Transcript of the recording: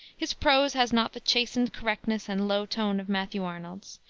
his prose has not the chastened correctness and low tone of matthew arnold's.